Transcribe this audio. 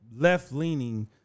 left-leaning